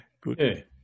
good